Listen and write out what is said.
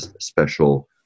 special